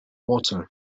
water